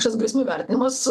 šis grėsmių vertinimas